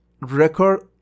record